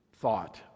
thought